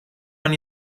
man